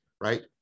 right